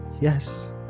yes